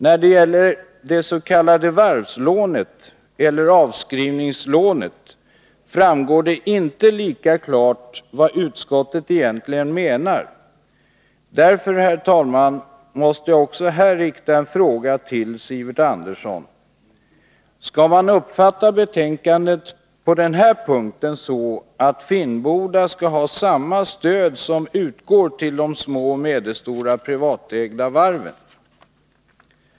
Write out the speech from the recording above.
När det gäller det s.k. varvslånet eller avskrivningslånet framgår det inte lika klart vad utskottet egentligen menar. Därför måste jag också här rikta en fråga till Sivert Andersson: Skall man uppfatta betänkandet på den här punkten så att Finnboda skall ha samma stöd som utgår till de små och medelstora privatägda varven?